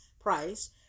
Price